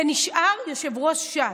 ונשאר יושב-ראש ש"ס.